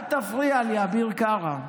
אל תפריע לי, אבי קארה.